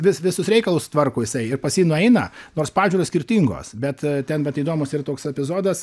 vis visus reikalus tvarko jisai ir pas jį nueina nors pažiūros skirtingos bet ten vat įdomus yra toks epizodas